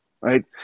right